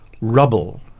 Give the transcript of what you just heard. rubble